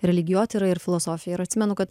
religijotyrą ir filosofiją ir atsimenu kad